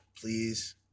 please